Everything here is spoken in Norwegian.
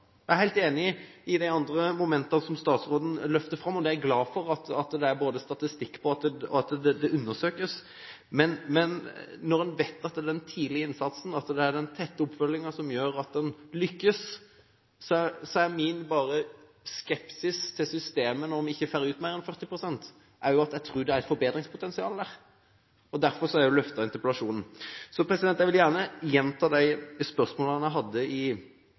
Jeg er helt enig i de andre momentene som statsråden løfter fram. Jeg er glad for at det både er statistikk over dette, og at det undersøkes. Men når en vet at det er den tidlige innsatsen og den tette oppfølgingen som gjør at en lykkes, gjelder min skepsis til systemet, når vi ikke får ut mer enn 40 pst., også at jeg tror det er et forbedringspotensial der. Derfor har jeg løftet interpellasjonen. Jeg vil gjerne gjenta de spørsmålene jeg hadde i